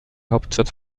hauptstadt